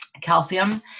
calcium